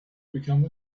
become